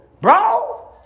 Bro